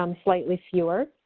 um slightly fewer.